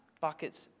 buckets